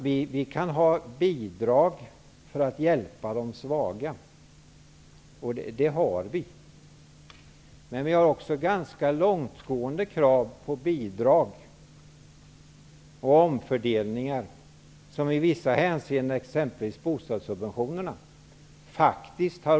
Vi vill att det skall finnas bidrag för att hjälpa de mycket svaga, men vi har också långtgående krav på omfördelningar från mindre välbeställda till bättre välbeställda.